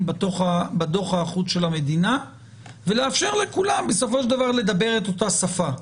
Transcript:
בדוח החוץ של המדינה ולאפשר לכולם לדבר את אותה שפה.